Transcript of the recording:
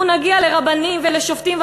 אנחנו נגיע לרבנים ולשופטים,